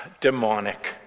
demonic